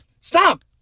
Stop